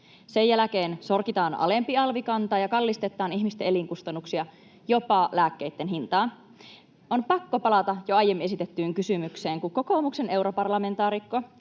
sen jälkeen sorkitaan alempi alvikanta ja kallistetaan ihmisten elinkustannuksia, jopa lääkkeitten hintaa. On pakko palata jo aiemmin esitettyyn kysymykseen. Kokoomuksen europarlamentaarikko,